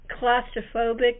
claustrophobic